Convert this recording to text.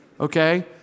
okay